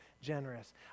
generous